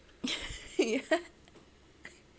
ya